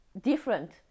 different